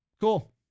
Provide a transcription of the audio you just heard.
cool